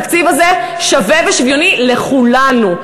התקציב הזה שווה ושוויוני לכולנו.